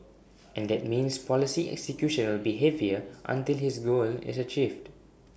and that means policy execution will be heavier until his goal is achieved